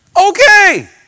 okay